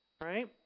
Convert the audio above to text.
Right